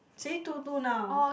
see two two now